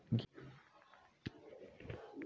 ಗೇರು ಬೀಜದ ಬೆಳೆಯಿಂದ ಹೆಚ್ಚು ಇಳುವರಿ ಬರುತ್ತದಾ?